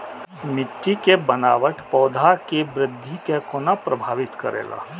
मिट्टी के बनावट पौधा के वृद्धि के कोना प्रभावित करेला?